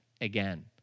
again